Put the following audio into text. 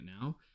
now